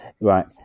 Right